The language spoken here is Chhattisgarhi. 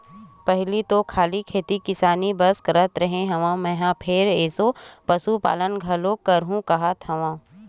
पहिली तो खाली खेती किसानी बस करत रेहे हँव मेंहा फेर एसो पसुपालन घलोक करहूं काहत हंव